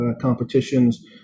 competitions